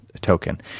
token